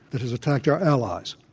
it has attacked our allies.